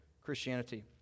Christianity